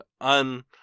un